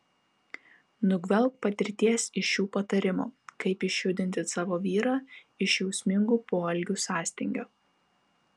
nugvelbk patirties iš šių patarimų kaip išjudinti savo vyrą iš jausmingų poelgių sąstingio